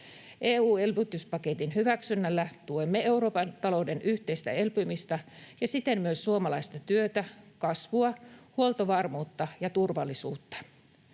EU-elvytyspaketin hyväksynnällä tuemme Euroopan talouden yhteistä elpymistä ja siten myös suomalaista työtä, kasvua, huoltovarmuutta ja turvallisuutta.